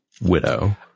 widow